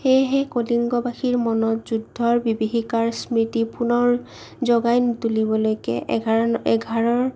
সেয়েহে কলিংগবাসীৰ মনত যুদ্ধৰ বিভীসিকাৰ স্মৃতি পুনৰ জগাই নুতুলিবলৈকে এঘাৰ এঘাৰৰ